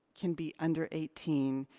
can be under eighteen.